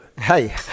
Hey